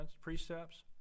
precepts